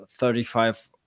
35